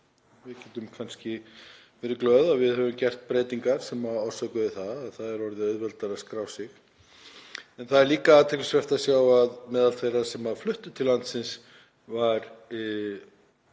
Við getum kannski verið glöð að við höfum gert breytingar sem gerðu það auðveldara að skrá sig. Það er líka athyglisvert að sjá að meðal þeirra sem fluttu til landsins var